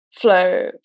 flow